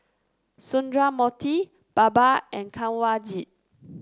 Sundramoorthy Baba and Kanwaljit